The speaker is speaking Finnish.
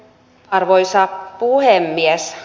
arvoisa puhemies